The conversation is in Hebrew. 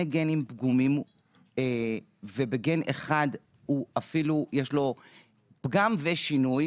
גנים פגומים ובגן אחד אפילו יש לו פגם ושינוי,